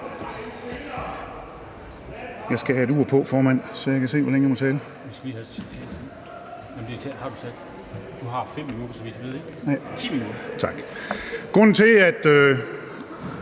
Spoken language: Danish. Grunden til, at